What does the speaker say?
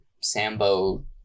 sambo